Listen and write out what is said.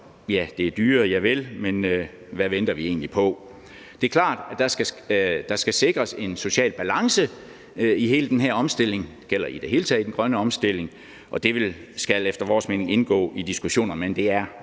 Så det er dyrere, javel, men hvad venter vi egentlig på? Det er klart, at der skal sikres en social balance i hele den her omstilling – det gælder i det hele taget i den grønne omstilling – og det skal efter vores mening indgå i diskussionerne, men det er